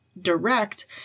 direct